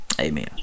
Amen